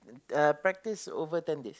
uh practice over ten days